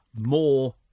more